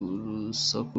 urusaku